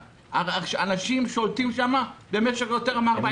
אנשים שולטים שם במשך יותר מ-40 שנים.